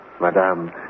Madame